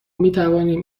میتوانیم